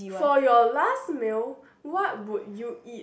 for your last meal what would you eat